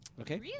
Okay